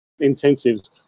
intensives